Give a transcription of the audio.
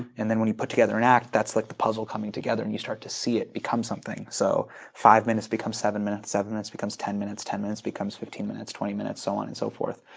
and when you put together an act, that's like the puzzle coming together and you start to see it become something. so five minutes become seven minutes, seven minutes becomes ten minutes, ten minutes becomes fifteen minutes, twenty minutes so on and so forth.